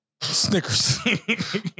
Snickers